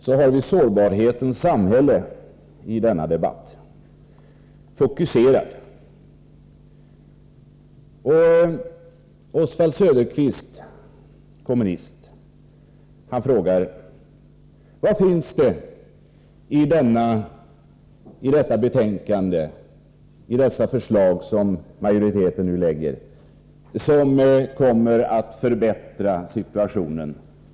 Vidare har denna debatt fokuserats på sårbarheten i samhället. Oswald Söderqvist, kommunist, frågar: Vad finns det i detta betänkande och i dessa förslag som majoriteten nu lägger fram som kommer att förbättra sårbarhetssituationen?